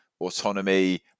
autonomy